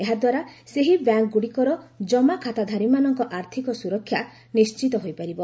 ଏହାଦ୍ୱାରା ସେହି ବ୍ୟାଙ୍କ୍ଗୁଡ଼ିକର କମାଖାତାଧାରୀମାନଙ୍କ ଆର୍ଥିକ ସୁରକ୍ଷା ନିଣ୍ଣିତ ହୋଇପାରିବ